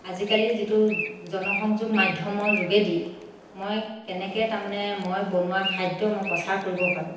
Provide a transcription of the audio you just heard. আজিকালি যিটো জনসংযোগ মাধ্যমৰ যোগেদি মই কেনেকৈ তাৰমানে মই বনোৱা খাদ্য মই প্ৰচাৰ কৰিব পাৰোঁ